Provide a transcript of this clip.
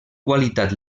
qualitat